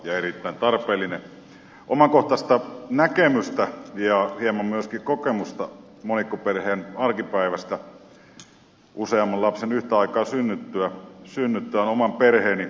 minulla on omakohtaista näkemystä ja hieman myöskin kokemusta monikkoperheen arkipäivästä useamman lapsen yhtä aikaa synnyttyä oman poikani perheeseen